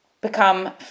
become